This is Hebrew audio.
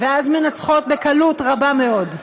ואז מנצחות בקלות רבה מאוד.